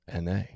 NA